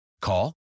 Call